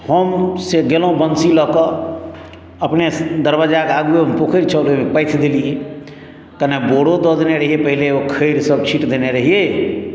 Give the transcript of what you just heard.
हम से गेलहुँ बंशी लऽ कऽ अपने दरवाजाके आगुएमे पोखरि छल ओहिमे पाथि देलियै कने बोड़ो दऽ देने रहियै पहिले खैड़सभ छीटि देने रहियै